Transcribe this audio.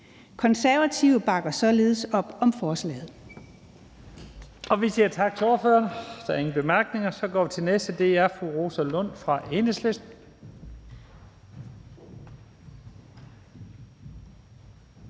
Konservative bakker således op om forslaget.